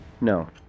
no